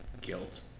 guilt